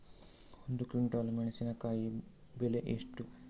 ಒಂದು ಕ್ವಿಂಟಾಲ್ ಮೆಣಸಿನಕಾಯಿ ಬೆಲೆ ಎಷ್ಟು?